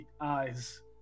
eyes